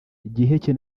giheke